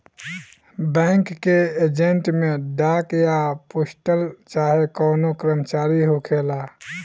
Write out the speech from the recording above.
bank के agent में डाक या पोस्टल चाहे कवनो कर्मचारी होखेला